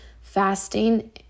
fasting